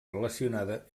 relacionada